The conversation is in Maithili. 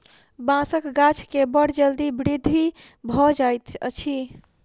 बांसक गाछ के बड़ जल्दी वृद्धि भ जाइत अछि